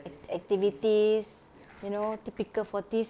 activities you know typical forties